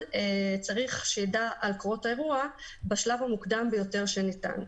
צריך שידע על קרות האירוע בשלב המוקדם ביותר שניתן.